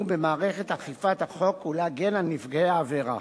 במערכת אכיפת החוק ולהגן על נפגעי העבירה.